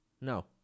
No